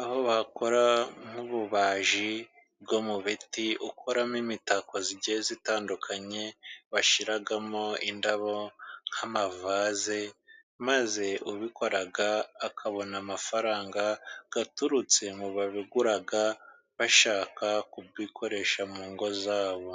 aho bakora nk'ububaji bwo mu biti, ukoramo imitako igiye itandukanye, bashyiramo indabo, nk'amavase maze ubikora akabona amafaranga, aturutse mu babigura bashaka kubikoresha mu ngo zabo.